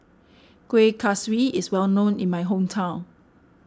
Kueh Kaswi is well known in my hometown